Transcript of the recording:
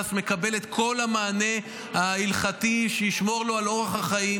מקבל את כל המענה ההלכתי שישמור לו על אורח החיים,